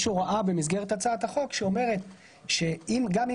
יש הוראה במסגרת הצעת החוק שאומרת שגם אם